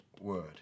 word